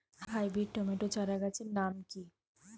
Hybrid tomato চারাগাছের নাম কি?